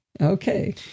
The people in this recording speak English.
Okay